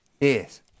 Yes